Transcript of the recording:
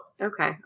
Okay